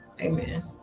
Amen